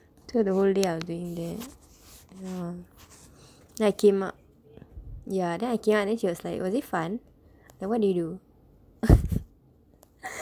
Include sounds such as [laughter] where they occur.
till the whole day I was doing that ya then I came up ya then I came up and then she was like was it fun like what did you do [laughs]